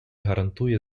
гарантує